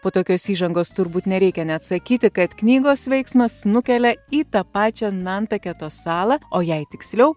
po tokios įžangos turbūt nereikia net sakyti kad knygos veiksmas nukelia į tą pačią nantaketo salą o jei tiksliau